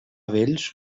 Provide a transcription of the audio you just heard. vells